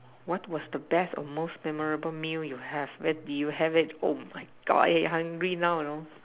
what was the best or most memorable meal you have where did you have it oh my God eh hungry now you know